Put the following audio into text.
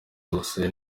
zose